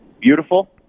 beautiful